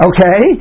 Okay